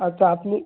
আচ্ছা আপনি